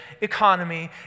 economy